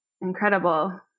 incredible